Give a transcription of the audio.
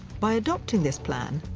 by adopting this plan,